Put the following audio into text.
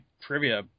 trivia